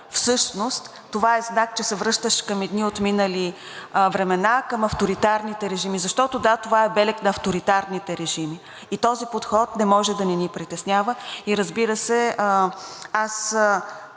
мислещия, това е знак, че се връщаш към едни отминали времена, към авторитарните режими. Защото, да, това е белег на авторитарните режими и този подход не може да не ни притеснява. И разбира се, аз